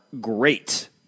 great